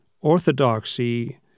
orthodoxy